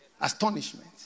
Astonishment